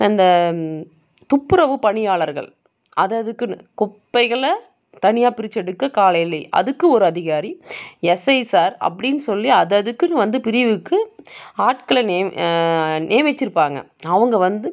அந்த துப்புரவு பணியாளர்கள் அது அதுக்குன்னு குப்பைகளை தனியாக பிரித்தெடுக்க காலையிலே அதுக்கு ஒரு அதிகாரி எஸ்ஐ சார் அப்படின் சொல்லி அது அதுக்கென்னு வந்து பிரிவுக்கு ஆட்களை நியம் நியமிச்சுருப்பாங்க அவங்க வந்து